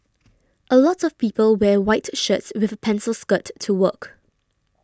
a lot of people wear white shirts with a pencil skirt to work